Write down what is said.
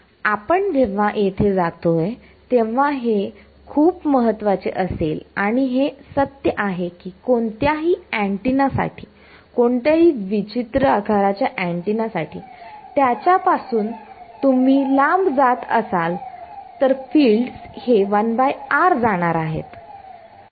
आपण जेव्हा येथे जातोय तेव्हा हे खूप महत्त्वाचे असेल आणि हे सत्य आहे की कोणत्याही अँटिना साठी कोणत्याही विचित्र आकाराच्या अँटिना साठी त्याच्यापासून तुम्ही लांब जाल तर फिल्डस हे 1r जाणार आहेत